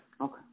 Okay